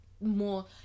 more